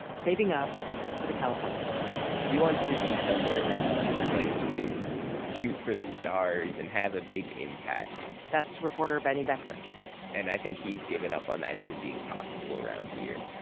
saving up for the california plan he wants to be somewhere where he feels like he can shoot for the stars and have a big impact that's reporter benny becker again and i think he's given up on that even being possible around here.